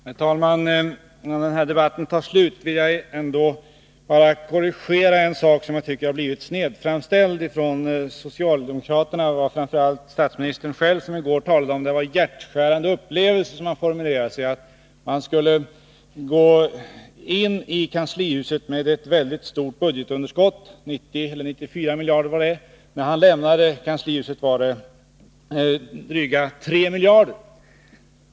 Herr talman! Innan den här debatten tar slut skulle jag vilja korrigera en sak som har blivit snett framställd från socialdemokraterna. Framför allt statsministern själv har använt överord. Han talade om den ”hjärtskärande” upplevelsen, nämligen att när han gick in i kanslihuset var det ett mycket stort budgetunderskott, mellan 90 och 94 miljarder, men när han lämnade kanslihuset var det bara drygt 3 miljarder.